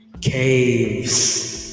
caves